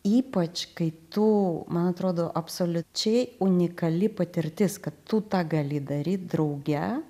ypač kai tu man atrodo absoliučiai unikali patirtis kad tu tą gali daryt drauge